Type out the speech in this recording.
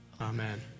Amen